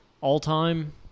all-time